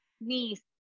niece